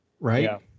right